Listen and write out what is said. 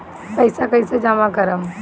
पैसा कईसे जामा करम?